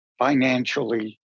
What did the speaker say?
financially